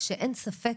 שאין ספק